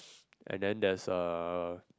and then there's a